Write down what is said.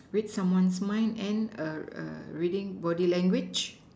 read someone's mind and reading body language